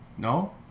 No